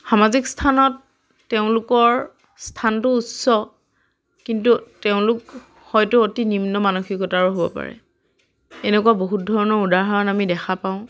সামাজিক স্থানত তেওঁলোকৰ স্থানটো উচ্চ কিন্তু তেওঁলোক হয়তো অতি নিম্ন মানসিকতাৰো হ'ব পাৰে এনেকুৱা বহুত ধৰণৰ উদাহৰণ আমি দেখা পাওঁ